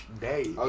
day